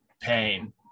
pain